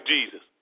Jesus